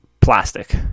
plastic